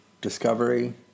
Discovery